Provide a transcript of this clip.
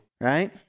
right